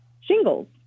shingles